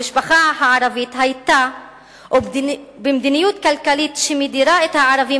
המשפחה הערבית, במדיניות כלכלית שמדירה את הערבים,